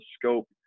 scope